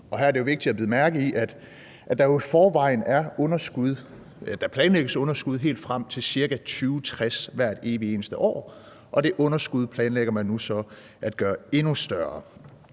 Her er det jo vigtigt at bide mærke i, at der i forvejen planlægges med underskud helt frem til ca. 2060 hvert evig eneste år, og det underskud planlægger man nu så at gøre endnu større.